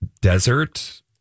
desert